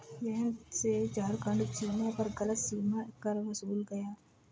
जयंत से झारखंड सीमा पर गलत सीमा कर वसूला गया